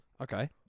Okay